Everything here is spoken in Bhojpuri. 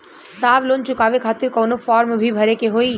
साहब लोन चुकावे खातिर कवनो फार्म भी भरे के होइ?